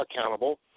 accountable